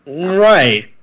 right